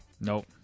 Nope